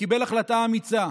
קיבל החלטה אמיצה